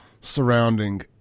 surrounding